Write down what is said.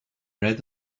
read